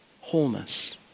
wholeness